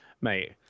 mate